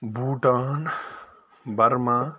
Bhutan Burma